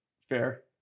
fair